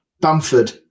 Bamford